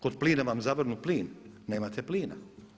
Kod plina vam zavrnu plin, nemate plina.